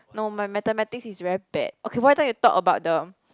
no my mathematics is very bad okay why don't you talk about the